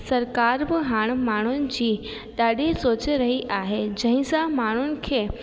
सरकार बि हाणे माण्हूनि जी ॾाढी सोच रई आहे जंहिंसां माण्हूनि खे